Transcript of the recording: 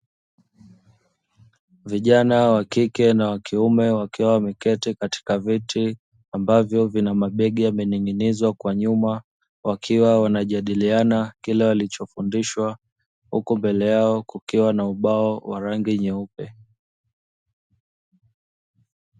Vijana wakike na wakiume, wakiwa wameketi katika viti ambavyo vina mabegi yamening'inizwa kwa nyuma wakiwa wanajadiliana kile walichofundishwa, huku mbele yao kukiwa na ubao wa rangi nyeupe.